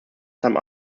some